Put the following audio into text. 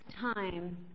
time